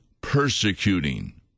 persecuting